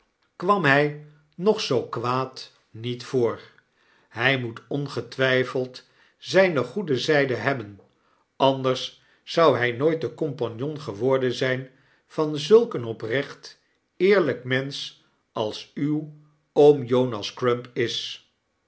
kwam hy nog zoo kwaad niet voor hij moet ongetwgfeld zyne goede zijde hebben anders zou hij nooit de compagnon geworden zijn van zulk een oprecht eerlijk mensch als uw oom jonas crump is